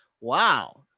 Wow